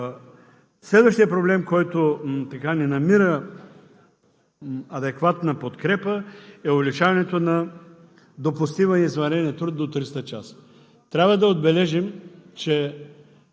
Следващият проблем, който не намира адекватна подкрепа, е увеличаването на допустимия извънреден труд до 300 часа. Трябва да отбележим, че